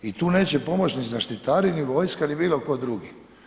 I tu neće pomoći ni zaštitari ni vojska ni bilo tko drugi.